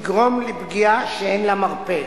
תגרום לפגיעה שאין לה מרפא,